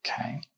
Okay